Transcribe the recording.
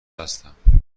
هستم